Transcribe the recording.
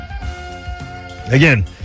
Again